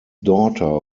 daughter